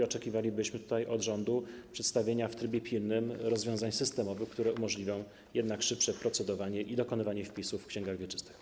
Oczekiwalibyśmy od rządu przedstawienia w trybie pilnym rozwiązań systemowych, które umożliwią jednak szybsze procedowanie i dokonywanie wpisów w księgach wieczystych.